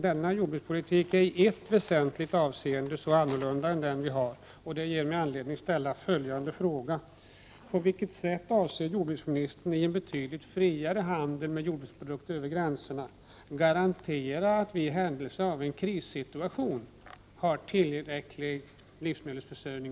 Denna jordbrukspolitik är i ett väsentligt avseende så annorlunda än den vi nu har, att det ger mig anledning att ställa följande fråga: På vilket sätt avser jordbruksministern, i en betydligt friare handel med jordbruksprodukter över gränserna, garantera att Sverige i händelse av en krissituation har en tillräcklig livsmedelsförsörjning?